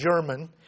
German